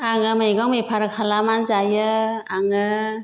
आङो मैगं बेफार खालामनानै जायो आङो